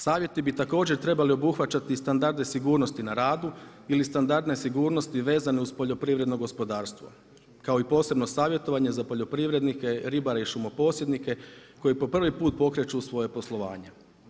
Savjeti bi također trebali obuhvaćati standarde sigurnosti na radu ili standardne sigurnosti vezane uz poljoprivredno gospodarstvo kao i posebno savjetovanje poljoprivrednike, ribare i šumoposjednike koji po prvi put pokreću svoje poslovanje.